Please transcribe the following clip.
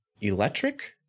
Electric